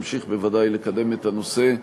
ממשיך בוודאי לקדם את הנושא.